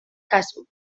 kasu